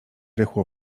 rychło